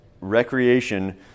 Recreation